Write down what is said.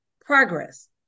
progress